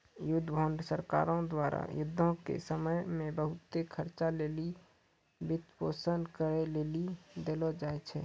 युद्ध बांड सरकारो द्वारा युद्धो के समय मे बहुते खर्चा लेली वित्तपोषन करै लेली देलो जाय छै